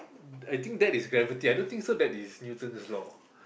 I think that is gravity I don't think so that is Newton's Law